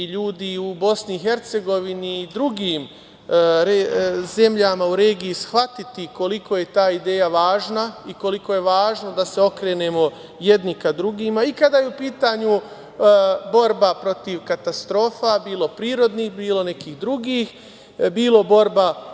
i ljudi u Bosni i Hercegovini i u drugim zemljama u regiji shvatiti koliko je ta ideja važna i koliko je važno da se okrenemo jedni ka drugima, i kada je u pitanju borbe protiv katastrofa, bilo prirodnih, bilo nekih drugih, bilo borba